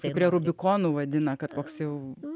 kai kurie rubikonu vadina kad koks jau